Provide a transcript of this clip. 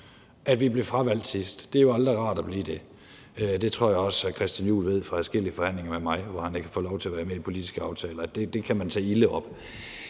at vi blev fravalgt sidst – det er jo aldrig rart at blive det. Det tror jeg også, at hr. Christian Juhl ved fra adskillige forhandlinger med mig, hvor han ikke har fået lov til at være med i politiske aftaler – det kan man tage ilde op.